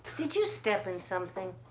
did you step in something?